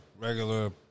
regular